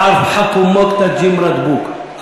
מא תעארף ב-חק אומך, חתא תזיך מראת בוק.